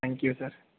thank you sir